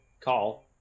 call